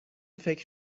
فکر